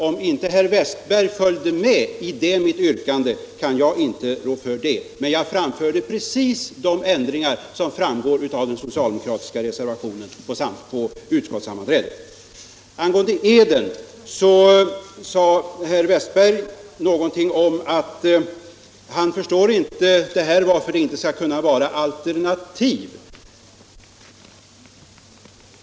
Om herr Westberg i Ljusdal inte följde med när jag framställde detta mitt yrkande kan jag inte rå för det, men jag framförde precis de ändringsförslag på utskottssammanträdet som nu framgår av denna socialdemokratiska reservation. Angående eden sade herr Westberg att han inte förstod varför här inte skulle finnas alternativ.